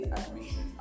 admission